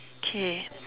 okay